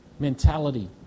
mentality